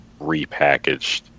repackaged